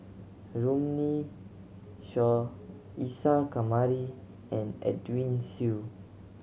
Runme Shaw Isa Kamari and Edwin Siew